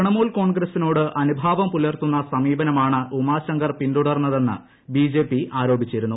ത്യണമുൽ കോൺഗ്രസിനോട് അനുഭാവം പുലർത്തുന്ന സമീപനമാണ് ഉമാശങ്കർ പിന്തുടർന്നതെന്ന് ബി ജെ പി ആരോപിച്ചിരുന്നു